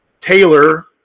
Taylor